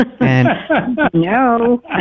No